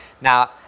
Now